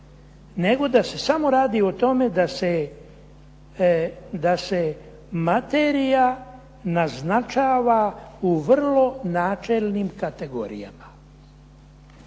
nego da se samo radi o tome da se materija naznačava u vrlo načelnim kategorijama.